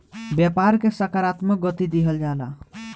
व्यापार के सकारात्मक गति दिहल जाला